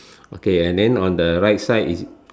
okay and then on the right side is